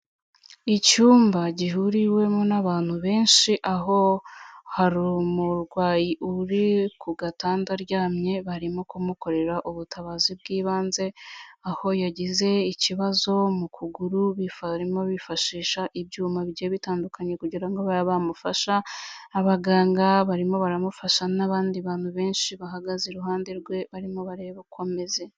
Icyumba gihuriwemo n'abantu benshi aho harumurwayi uri ku gatanda aryamye barimo kumukorera ubutabazi bw'ibanze, aho yagize ikibazo mu kuguru barimo bifashisha bifashisha ibyuma bigiye bitandukanye kugira ngo bamufasha abaganga barimo baramufasha n'abandi bantu benshi bahagaze iruhande rwe barimo bareba uko ameze.